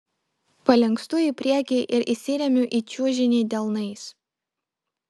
palinkstu į priekį ir įsiremiu į čiužinį delnais